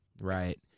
Right